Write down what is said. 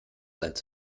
als